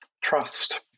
trust